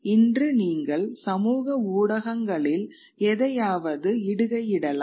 இன்று நீங்கள் சமூக ஊடகங்களில் எதையாவது இடுகையிடலாம்